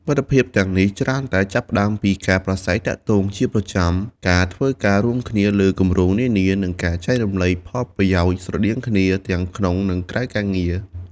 មិត្តភាពទាំងនេះច្រើនតែចាប់ផ្ដើមពីការប្រាស្រ័យទាក់ទងជាប្រចាំ ការធ្វើការរួមគ្នាលើគម្រោងនានា និងការចែករំលែកផលប្រយោជន៍ស្រដៀងគ្នាទាំងក្នុង ឬក្រៅការងារ។